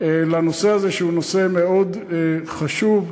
לנושא הזה שהוא נושא מאוד חשוב,